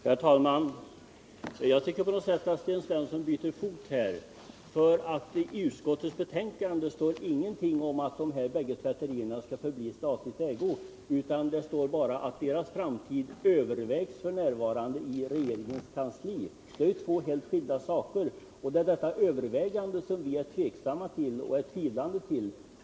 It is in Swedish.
Herr talman! Jag tycker att herr Svensson byter fot. I utskottets betänkande står ingenting om att de båda tvätterierna skall förbli i statlig ägo. Det står bara att ”frågan om dessa tvätteriers framtid övervägs inom regeringskansliet”. Det är ju två helt skilda saker. Det var detta övervägande som vi ställde oss tveksamma och tvivlande till.